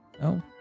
No